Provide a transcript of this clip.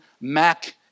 Mac